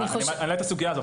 אני מעלה את הסוגייה הזאת.